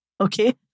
Okay